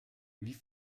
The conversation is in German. wie